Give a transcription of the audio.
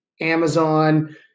Amazon